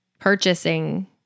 purchasing